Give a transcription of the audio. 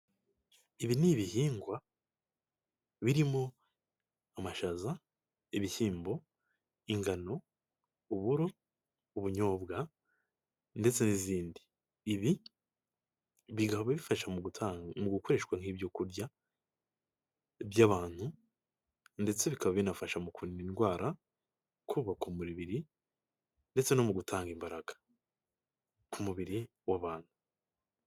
Ibi n'ibihingwa birimo amashaza, ibishyimbo, ingano, uburo, ubunyobwa ndetse n'izindi, ibi bikaba bifasha mu gutanga mu gukoreshwa nk'ibyo kurya by'abantu ndetse bikaba binafasha mu kurinda indwara kubaka umubiri ndetse no mu gutanga imbaraga ku mubiri w'abantu.